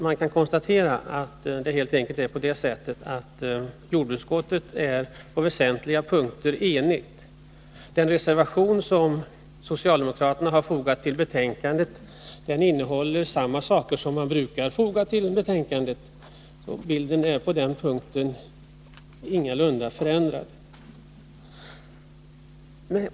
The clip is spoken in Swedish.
Man kan konstatera att det helt enkelt är på det sättet att jordbruksutskottet på väsentliga punkter är enigt. Den reservation som socialdemokraterna har fogat vid betänkandet innehåller samma saker som man brukar anföra i reservationer. Bilden är på den punkten ingalunda oförändrad.